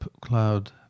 cloud